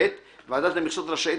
(ב)ועדת המכסות רשאית,